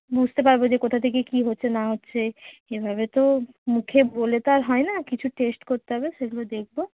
বুঝতে পারব যে কোথা থেকে কী হচ্ছে না হচ্ছে এভাবে তো মুখে বলে তো আর হয় না কিছু টেস্ট করতে হবে সেগুলো দেখব